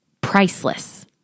priceless